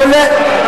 אתה מדבר נגד החוק.